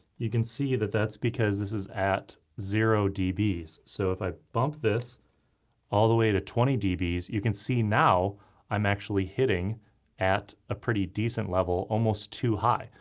you can see that that's because this is at zero dbs. so if i bump this all the way to twenty dbs, you can see now i'm actually hitting at a pretty decent level almost too high.